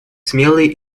смелые